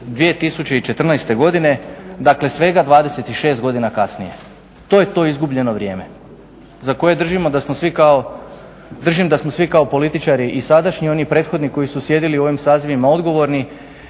2014.godine dakle svega 26 godina kasnije. To je to izgubljeno vrijeme za koje držim da smo svi kao političari i sadašnji i oni prethodni koji su sjedili u ovim sazivima odgovorni